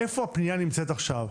איפה הפניה נמצאת עכשיו.